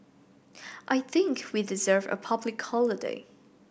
I think we deserve a public holiday